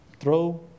throw